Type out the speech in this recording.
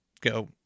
go